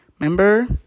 remember